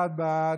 31 בעד,